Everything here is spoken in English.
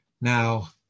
Now